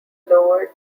lowered